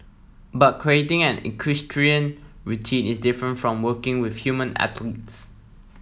but creating an equestrian routine is different from working with human athletes